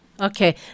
Okay